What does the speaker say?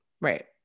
Right